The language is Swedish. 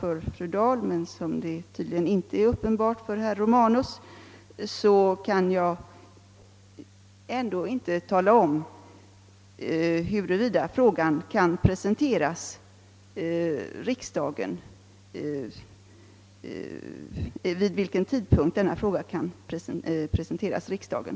Emellertid kan jag ändå inte — vilket är uppenbart för fru Dahl men tydligen inte för herr Romanus — tala om vid vilken tidpunkt ärendet kommer att presenteras för riksdagen.